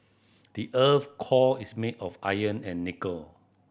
the earth's core is made of iron and nickel